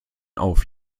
auf